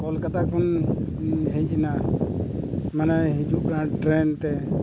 ᱠᱳᱞᱠᱟᱛᱟ ᱠᱷᱚᱱ ᱦᱮᱡ ᱮᱱᱟ ᱢᱟᱱᱮ ᱦᱤᱡᱩᱜ ᱠᱟᱱᱟ ᱴᱨᱮᱱᱛᱮ